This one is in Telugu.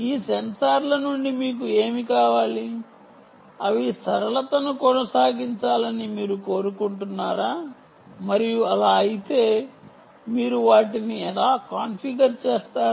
ఈ సెన్సార్ల నుండి మీకు ఏమి కావాలి అవి సరళతను కొనసాగించాలని మీరు కోరుకుంటున్నారా మరియు అలా అయితే మీరు వాటిని ఎలా కాన్ఫిగర్ చేస్తారు